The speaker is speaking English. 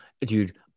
dude